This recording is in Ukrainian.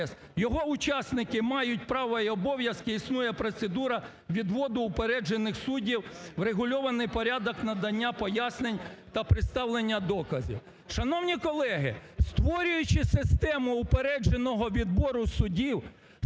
його учасники мають права і обов'язки, існує процедура відводу упереджених суддів, врегульований порядок надання пояснень та представлення доказів. Шановні колеги, створюючи систему упередженого відбору судів,